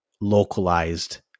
localized